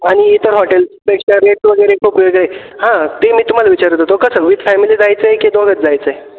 आणि इतर हॉटेलपेक्षा रेट वगैरे खूप वेगळे आहे हां ते मी तुम्हाला विचारत होतो कसं विथ फॅमिली जायचं आहे की दोघंच जायचं आहे